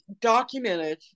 documented